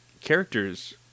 characters